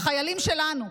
לחיילים שלנו,